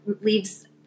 leaves